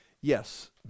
yes